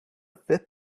fifth